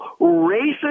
racist